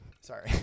Sorry